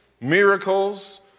miracles